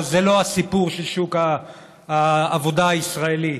זה לא הסיפור של שוק העבודה הישראלי.